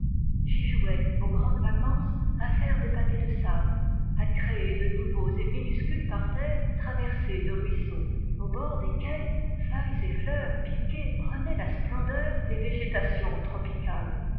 j'y jouais aux grandes vacances à faire des pâtés de sable à créer de nouveaux et minuscules parterres traversés de ruisseaux au bord desquels feuilles et fleurs piquées prenaient la splendeur des végétations tropicales